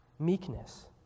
Meekness